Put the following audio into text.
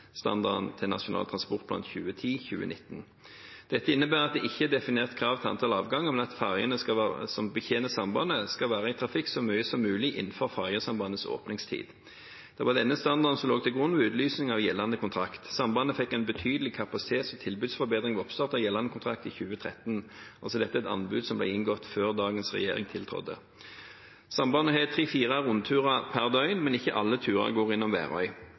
til Nasjonal transportplan 2010–2019. Dette innebærer at det ikke er definert krav til antall avganger, men at ferjene som betjener sambandet, skal være i trafikk så mye som mulig innenfor ferjesambandets åpningstid. Det var denne standarden som lå til grunn ved utlysningen av gjeldende kontrakt. Sambandet fikk en betydelig kapasitets- og tilbudsforbedring ved oppstart av gjeldende kontrakt i 2013. Dette er et anbud som ble inngått før dagens regjering tiltrådte. Sambandet har tre–fire rundturer per døgn, men ikke alle turer går innom Værøy.